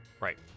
Right